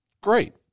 great